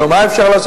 נו, מה אפשר לעשות?